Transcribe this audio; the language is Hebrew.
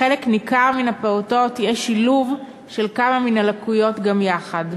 לחלק ניכר מן הפעוטות יש שילוב של כמה מן הלקויות גם יחד.